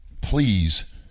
please